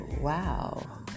wow